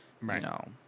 Right